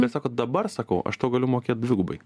ir sako dabar sakau aš tau galiu mokėt dvigubai